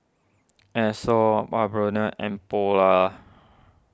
Asos Bioderma and Polar